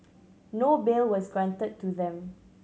no bail was granted to them